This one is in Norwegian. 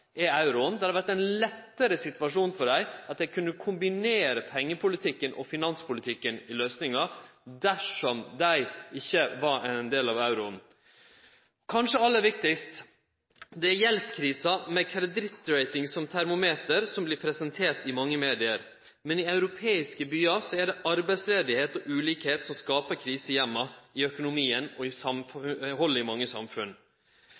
er euroen. Det hadde vore ein lettare situasjon for dei om dei kunne kombinere pengepolitikken og finanspolitikken i løysingar dersom dei ikkje var ein del av euroområdet. Kanskje det aller viktigaste er gjeldskrisa, med kredittrating som termometer, som vert presentert i mange media. Men i europeiske byar er det arbeidsløyse og ulikskap som skapar kriser i heimane, i økonomien og i samhaldet i mange samfunn.